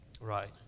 Right